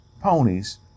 Ponies